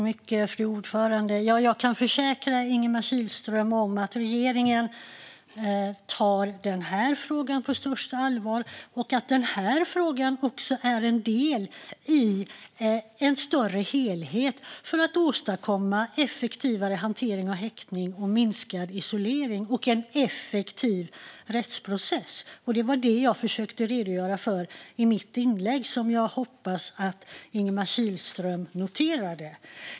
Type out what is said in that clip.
Fru talman! Jag kan försäkra Ingemar Kihlström om att regeringen tar denna fråga på största allvar. Denna fråga är också en del i en större helhet för att åstadkomma en effektivare hantering av häktningar, minskad isolering och en effektiv rättsprocess. Det var det som jag försökte redogöra för i mitt inlägg och som jag hoppas att Ingemar Kihlström noterade.